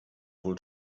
wohl